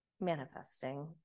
manifesting